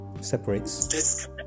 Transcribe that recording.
separates